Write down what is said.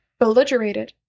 belligerated